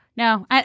No